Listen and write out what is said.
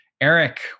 eric